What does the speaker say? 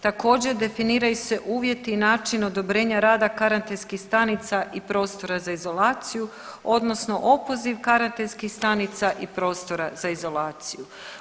Također definiraju se uvjeti i način odobrenja rada karantenskih stanica i prostora za izolaciju odnosno opoziv karantenskih stanica i prostora za izolaciju.